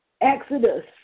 Exodus